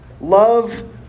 Love